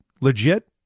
legit